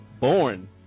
born